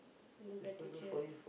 no gratitude